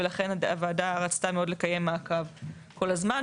ולכן הוועדה רצתה מאוד לקיים מעקב כל הזמן,